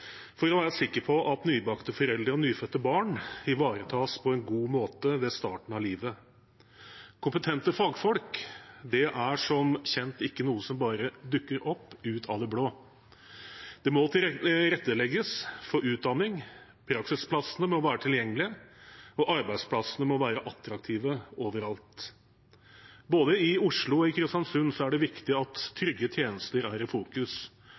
for å være sikre på at nybakte foreldre og nyfødte barn ivaretas på en god måte ved starten av livet. Men kompetente fagfolk er som kjent ikke noe som bare dukker opp ut av det blå. Det må tilrettelegges for utdanning, praksisplassene må være tilgjengelige, og arbeidsplassene må være attraktive overalt. Både i Oslo og i Kristiansund er det viktig at trygge tjenester er i fokus,